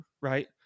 right